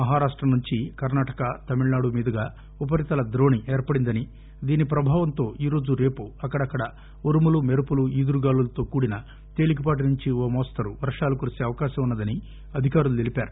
మహారాష్ట నుంచి కర్ణాటక తమిళనాడు మీదుగా ఉపరితల ద్రోణి ఏర్పడిందని దీని ప్రభావంతో ఈ రోజు రేపు అక్కడక్కడ ఉరుములు మెరుపులు ఈదురుగాలులతో కూడిన తేలీకపాటి నుంచి ఓ మోస్తరు వర్షాలు కురిసే అవకాశం ఉన్న దని అధికారులు తెలిపారు